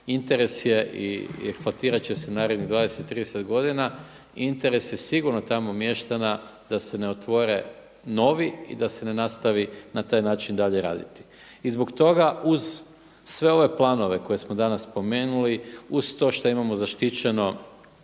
interes je i eksploatirati će se narednih 20, 30 godina, interes je sigurno tamo mještana da se ne otvore novi i da se ne nastavi na taj način dalje raditi. I zbog toga uz sve ove planove koje smo danas spomenuli, uz to što imamo zaštićeno